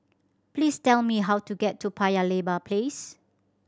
please tell me how to get to Paya Lebar Place